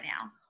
now